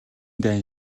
дайн